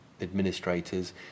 administrators